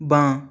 বাঁ